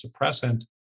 suppressant